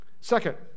Second